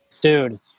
dude